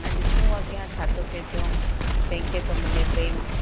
हाणे ॾिसूं अॻियां छा थो थिए पियो कंहिंखे थो मिले प्रेम